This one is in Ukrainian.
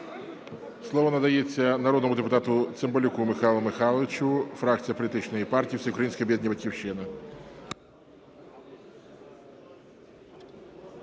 Слово надається народному депутату Цимбалюку Михайлу Михайловичу, фракція політичної партії Всеукраїнське об'єднання "Батьківщина".